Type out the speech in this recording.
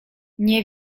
nie